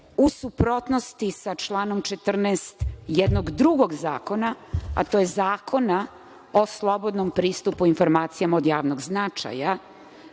u suprotnosti sa članom 14. jednog drugog zakona, a to je Zakon o slobodnom pristupu informacijama od javnog značaja,